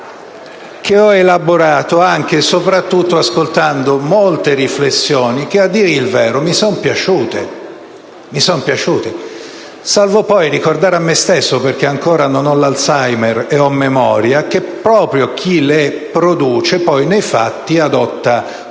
che ho elaborato anche e soprattutto ascoltando molte riflessioni che, a dire il vero, mi sono piaciute, salvo poi ricordare a me stesso (ancora non ho il morbo di Alzheimer e ho memoria) che proprio chi le produce poi nei fatti adotta